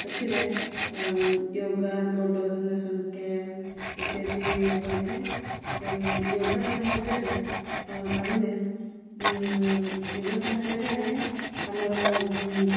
ସେଥିରେ yoga blood donation camp ଇତ୍ୟାଦି ହୋଇଥାଏ ୟୋଗା ସାହାଯ୍ୟରେ ଆମେ ୟୋଗା ସାହାଯ୍ୟରେ ଆମେ ଆମର